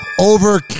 over